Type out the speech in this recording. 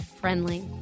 friendly